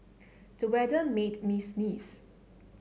the weather made me sneeze